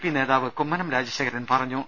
P നേതാവ് കുമ്മനം രാജശേഖരൻ പറഞ്ഞു